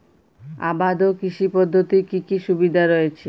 আবাদ কৃষি পদ্ধতির কি কি সুবিধা রয়েছে?